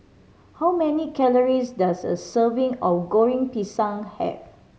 how many calories does a serving of Goreng Pisang have